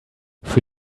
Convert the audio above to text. für